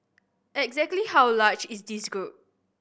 exactly how large is this group